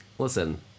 Listen